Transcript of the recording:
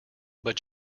but